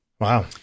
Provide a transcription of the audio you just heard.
Wow